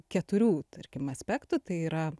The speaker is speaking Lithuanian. keturių tarkim aspektų tai yra